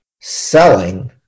selling